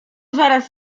zaraz